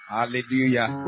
Hallelujah